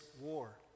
war